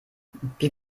wie